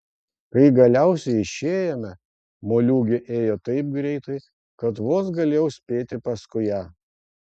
kai galiausiai išėjome moliūgė ėjo taip greitai kad vos galėjau spėti paskui ją